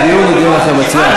לא שיהיו יותר נוכחים.